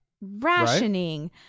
Rationing